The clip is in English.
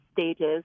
stages